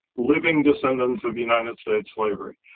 living descendants of the united states slavery.